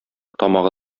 тамагы